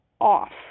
off